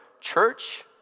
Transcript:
church